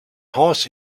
haus